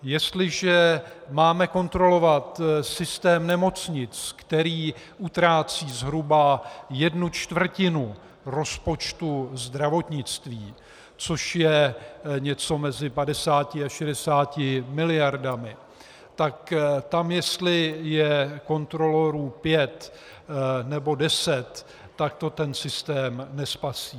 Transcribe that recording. Jestliže máme kontrolovat systém nemocnic, který utrácí zhruba 1/4 rozpočtu zdravotnictví, což je něco mezi 50 a 60 mld., tak tam jestli je kontrolorů pět, nebo deset, tak to ten systém nespasí.